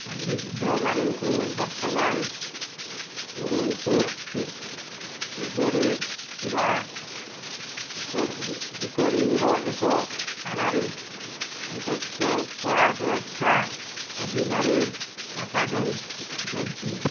ସନ୍ଦିଗ୍ଧମାନଙ୍କୁ ବର୍ତ୍ତମାନ ଟରୋଣ୍ଟୋର ଠିକ୍ ପୂର୍ବରେ ଥିବା ପିକରିଂର ଏକ ଥାନାରେ ଅତ୍ୟନ୍ତ କଡ଼ା ସୁରକ୍ଷା ଅଧୀନରେ ରଖା ଯାଇଛି ଯାଇଛି